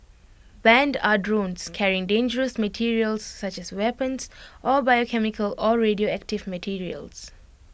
banned are drones carrying dangerous materials such as weapons or biochemical or radioactive materials